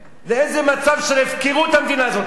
לאיזה מצב של הפקרות המדינה הזאת הגיעה.